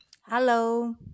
Hello